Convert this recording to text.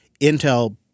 Intel